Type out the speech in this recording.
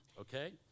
okay